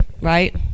right